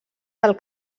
del